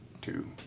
Two